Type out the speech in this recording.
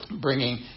bringing